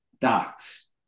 docs